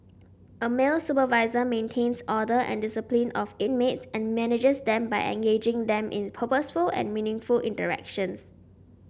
a male supervisor maintains order and discipline of inmates and manages them by engaging them in purposeful and meaningful interactions